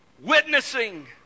Witnessing